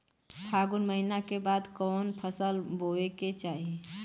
फागुन महीना के बाद कवन फसल बोए के चाही?